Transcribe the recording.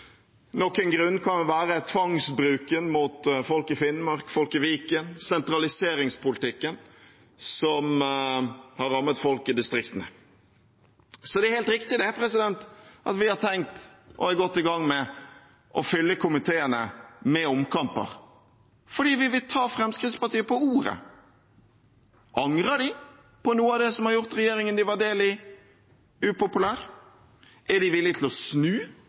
grunn kan være tvangsbruken mot folk i Finnmark og folk i Viken – og sentraliseringspolitikken, som har rammet folk i distriktene. Så det er helt riktig at vi har tenkt – og er godt i gang med – å fylle komiteene med omkamper, for vi vil ta Fremskrittspartiet på ordet. Angrer de på noe av det som har gjort regjeringen de var en del av, upopulær? Er de villige til å snu